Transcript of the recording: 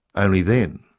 only then,